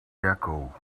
deco